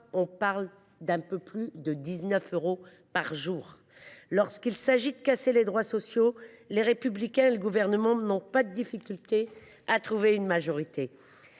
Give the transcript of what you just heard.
soit un peu plus de 19 euros par jour ! Lorsqu’il s’agit de casser les droits sociaux, Les Républicains et le Gouvernement n’ont pas de difficulté à trouver une majorité